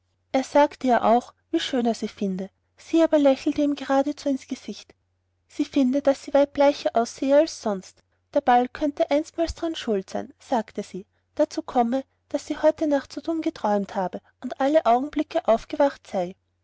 er sagte ihr auch wie schön er sie finde sie aber lachte ihm geradezu ins gesicht sie finde daß sie weit bleicher aussehe als sonst der ball könne einesteils daran schuld sein sagte sie dazu komme daß sie heute nacht so dumm geträumt habe und alle augenblicke aufgewacht sei